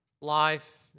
life